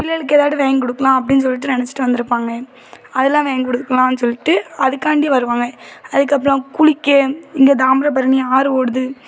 பிள்ளைகளுக்கு ஏதாவது வாங்கி கொடுக்கலாம் அப்படின்னு சொல்லிவிட்டு நினச்சுட்டு வந்துருப்பாங்க அதெலாம் வாங்கி கொடுக்கலாம்னு சொல்லிவிட்டு அதுக்காண்டி வருவாங்க அதுக்கப்பறம் குளிக்க இங்கே தாமிரபரணி ஆறு ஓடுது